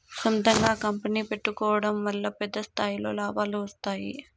సొంతంగా కంపెనీ పెట్టుకోడం వల్ల పెద్ద స్థాయిలో లాభాలు వస్తాయి